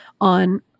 on